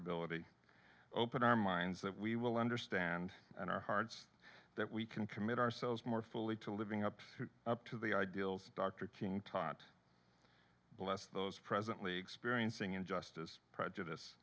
ability open our minds that we will understand and our hearts that we can commit ourselves more fully to living up to the ideals of dr king taught bless those presently experiencing injustice prejudice